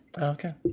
Okay